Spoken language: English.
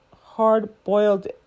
hard-boiled